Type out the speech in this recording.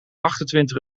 achtentwintig